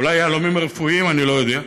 אולי יהלומים רפואיים, אני לא יודע.